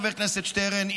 חבר הכנסת שטרן,